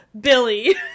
Billy